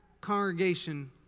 congregation